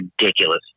ridiculous